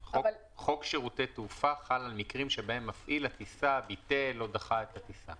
חוק שירותי תעופה חל על מקרים שבהם מפעיל הטיסה ביטל או דחה את הטיסה.